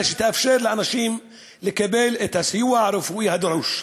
שתאפשר לאנשים לקבל את הסיוע הרפואי הדרוש.